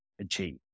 achieve